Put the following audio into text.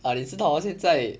ah 你知道 hor 现在